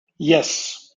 yes